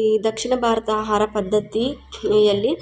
ಈ ದಕ್ಷಿಣ ಭಾರತ ಆಹಾರ ಪದ್ಧತಿ ಯಲ್ಲಿ